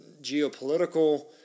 geopolitical